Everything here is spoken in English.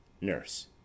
Nurse